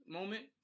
moment